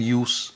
use